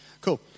Cool